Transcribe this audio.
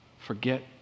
forget